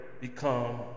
become